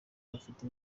bafite